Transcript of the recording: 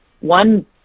One